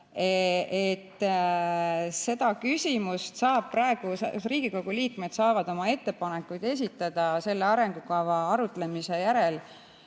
seda küsimust saab praegu ... Riigikogu liikmed saavad oma ettepanekuid esitada selle arengukava arutlemise järel